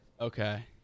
Okay